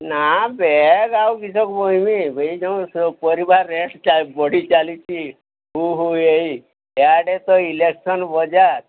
ନା ଆଉ କିସ କହିବି ଏ ଯେଉଁ ପରିବା ରେଟ୍ ବଢ଼ି ଚାଲିଛି ହୁ ହୁ ହୋଇ ଇଆଡ଼େ ତ ଇଲେକ୍ସନ୍ ବଜାର